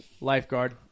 Lifeguard